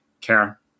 care